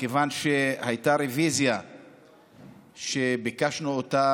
מכיוון שהייתה רוויזיה שביקשנו אני